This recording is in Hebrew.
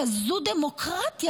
כזו דמוקרטיה